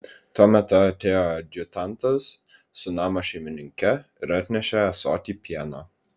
tuo metu atėjo adjutantas su namo šeimininke ir atnešė ąsotį pieno